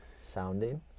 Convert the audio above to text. sounding